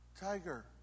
Tiger